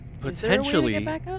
Potentially